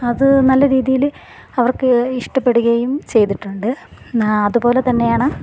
അത് നല്ല രീതിയിൽ അവർക്ക് ഇഷ്ടപ്പെടുകയും ചെയ്തിട്ടുണ്ട് അതുപോലെ തന്നെയാണ്